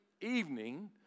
evening